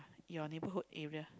your neighborhood area